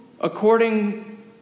according